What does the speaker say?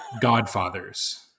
Godfathers